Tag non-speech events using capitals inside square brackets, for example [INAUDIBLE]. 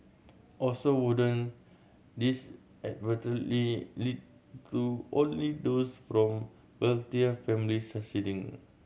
also wouldn't this [UNINTELLIGIBLE] lead to only those from wealthier families succeeding